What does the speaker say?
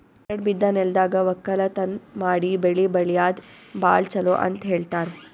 ಬರಡ್ ಬಿದ್ದ ನೆಲ್ದಾಗ ವಕ್ಕಲತನ್ ಮಾಡಿ ಬೆಳಿ ಬೆಳ್ಯಾದು ಭಾಳ್ ಚೊಲೋ ಅಂತ ಹೇಳ್ತಾರ್